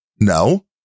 no